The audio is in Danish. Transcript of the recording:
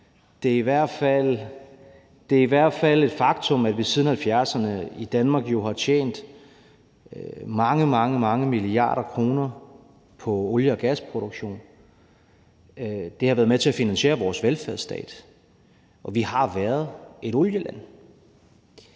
det er i hvert fald et faktum, at vi siden 70'erne i Danmark jo har tjent mange, mange milliarder kroner på olie- og gasproduktion. Det har været med til at finansiere vores velfærdsstat, og vi har været et olieland.